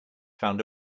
found